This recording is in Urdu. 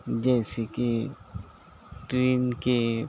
جیسےکہ ٹرین کے